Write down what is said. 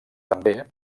també